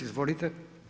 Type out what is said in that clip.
Izvolite.